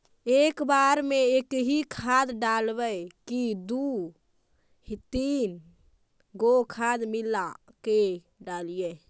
एक बार मे एकही खाद डालबय की दू तीन गो खाद मिला के डालीय?